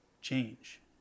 change